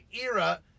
era